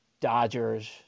Dodgers